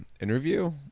interview